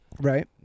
Right